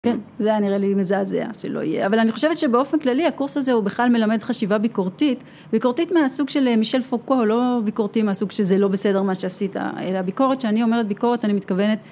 כן, זה היה נראה לי מזעזע שלא יהיה, אבל אני חושבת שבאופן כללי הקורס הזה הוא בכלל מלמד חשיבה ביקורתית. ביקורתית מהסוג של מישל פוקו, לא ביקורתי מהסוג שזה לא בסדר מה שעשית, אלא ביקורת, שאני אומרת ביקורת אני מתכוונת...